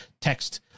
text